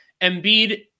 Embiid